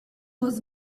was